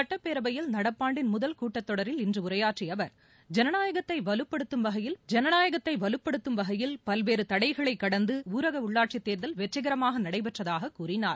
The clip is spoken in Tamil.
சட்டப்பேரவையில் நடப்பாண்டின் முதல் கூட்டத்தொடரில் இன்று உரையாற்றிய அவர் ஜனநாயகத்தை வலுப்படுத்தும் வகையில் பல்வேறு தடைகளை கடந்து ஊரக உள்ளாட்சி தேர்தல் வெற்றிகரமாக நடைபெற்றதாக கூறினார்